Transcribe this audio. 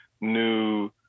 new